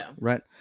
right